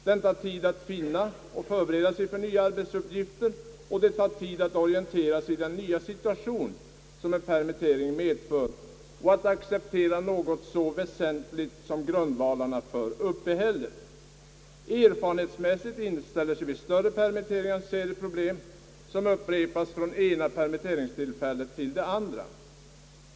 Det tar tid att finna och förbereda sig för nya arbetsuppgifter, och det tar tid att orientera sig i den nya situation som en permittering medför och att acceptera förändringar i något så vitalt som grundvalarna för uppehället. Erfarenhetsmässigt inställer sig vid större permitteringar en serie problem som upprepas från det ena permitteringstillfället till det andra.